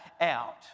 out